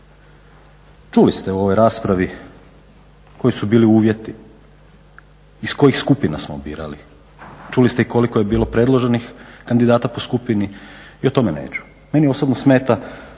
Čuli ste u ovoj raspravi koji su bili uvjeti, iz kojih skupina smo birali, čuli ste i koliko je bilo predloženih kandidata po skupini i o tome neću. Meni osobno smeta